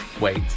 wait